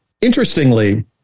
Interestingly